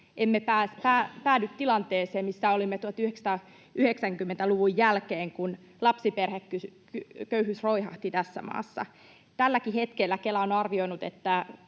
emme päädy tilanteeseen, missä olimme 1990-luvun jälkeen, kun lapsiperheköyhyys roihahti tässä maassa. Kela on arvioinut,